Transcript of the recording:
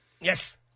Yes